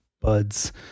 buds